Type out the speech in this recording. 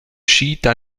chiites